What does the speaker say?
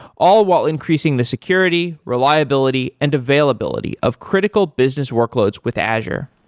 all while increasing the security, reliability and availability of critical business workloads with azure.